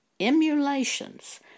Emulations